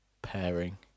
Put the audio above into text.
Pairing